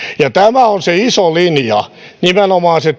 tämä on se iso linja nimenomaan se